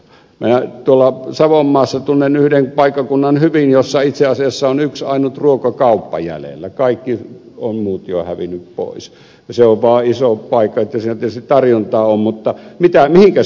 minä tuolla savonmaassa tunnen yhden paikkakunnan hyvin jossa itse asiassa on yksi ainut ruokakauppa jäljellä kaikki ovat muut jo hävinneet pois ja se on vaan iso paikka niin että siellä tietysti tarjontaa on mutta mihinkä se on johtanut